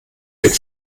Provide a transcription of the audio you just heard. den